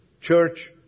church